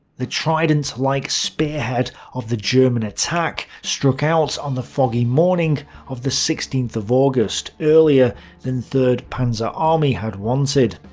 the trident-like and like spearhead of the german attack struck out on the foggy morning of the sixteenth of august earlier than third panzer army had wanted.